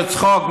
זה צחוק.